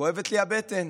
כואבת לי הבטן,